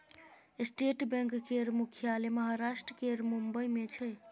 state bank केर मुख्यालय महाराष्ट्र केर मुंबई मे छै